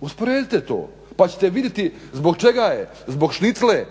usporedite to pa ćete vidjeti zbog čega je, zbog šnicle,